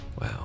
Wow